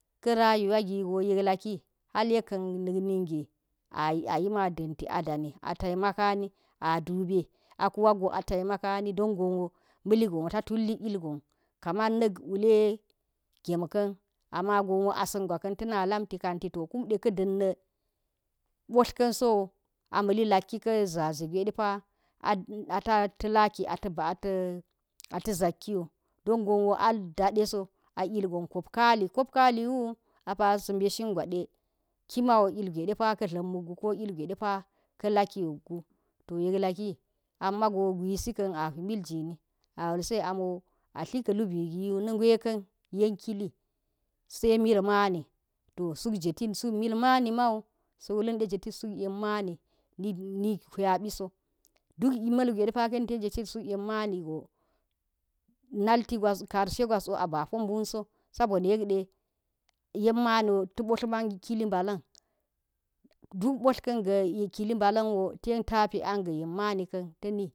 ha yek ka̱n na̱k nije a yima ganti a dani a tai maka ni a ɗube a kuwa ga a taimakan maligon wo ta tullik ilgan kaman nak wule gem ka̱n ama gon asa̱n gwa kan tani ma lam kanti to kunde butlin so a mali laki ka̱ zaze gwe depawo a ta̱laki a ta̱ zak i wu don gon wo a ɗaɗe so a ilgon kop kalli kop kalli wu a sa mbe shin gwa de kiman ilgwe depa ka lakiwu to yek lalk am ma go a hwi miljini awal syi de a tli klubi giyo nge ka̱n de a suk jetiti suk mil ma ni man sa̱ wulla̱n de jetiti suk yan ni huwabi so, ɗuk mal gwe ka̱ yen ti ten je tit suk yen mani go nati gwas, karsh egwas be a po mbun so, sa bo niyek de yen man wo tv butl man kili ga̱ kili mba̱lam ten tapi an ga̱ yen mani ka̱n tani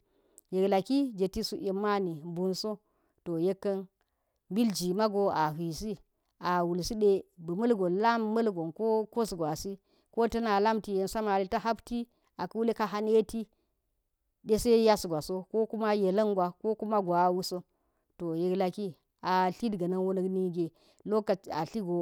yek laki, jetit suk yen mani mbunso to yekan mil ji mago a huwisi, a wulsi di bi malgon lam m’al gan ko kwos gwasi, to tana lamti yesa nali ta hapti aka̱ wuule ka haneti de say as gwa so, ko kuma a yelangwa, kokima gwawuso, to yek lak a tliga̱nawo na̱k mige locaci a tligo.